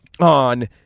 on